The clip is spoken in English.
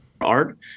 art